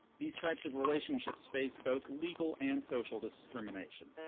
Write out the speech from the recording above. these types of relationships face both legal and social discrimination.